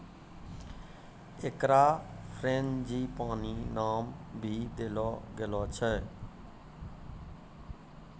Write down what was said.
एकरा फ़्रेंजीपानी नाम भी देलो गेलो छै